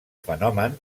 fenomen